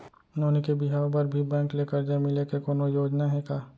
नोनी के बिहाव बर भी बैंक ले करजा मिले के कोनो योजना हे का?